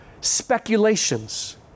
speculations